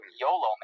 YOLO